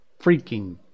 freaking